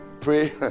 Pray